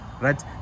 right